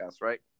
right